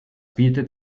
bietet